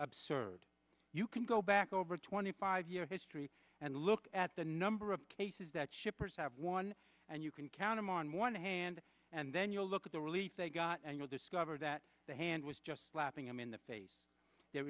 absurd you can go back over twenty five year history and look at the number of cases that shippers have won and you can count on one hand and then you look at the relief they got and you'll discover that the hand was just slapping them in the face there